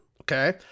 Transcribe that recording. Okay